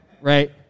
right